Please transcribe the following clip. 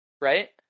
right